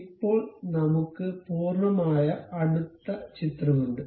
ഇപ്പോൾ നമ്മുക്ക് പൂർണ്ണമായ അടുത്ത ചിത്രമുണ്ട്